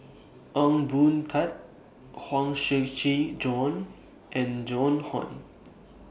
Ong Boon Tat Huang Shiqi Joan and Joan Hon